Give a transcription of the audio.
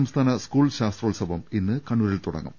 സംസ്ഥാന സ്കൂൾ ശാസ്ത്രോത്സവം ഇന്ന് കണ്ണൂരിൽ തുട ങ്ങും